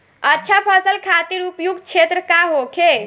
अच्छा फसल खातिर उपयुक्त क्षेत्र का होखे?